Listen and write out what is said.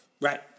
Right